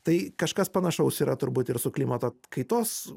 tai kažkas panašaus yra turbūt ir su klimato kaitos